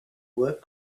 work